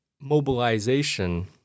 mobilization